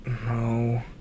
No